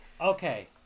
Okay